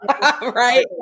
Right